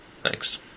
Thanks